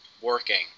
working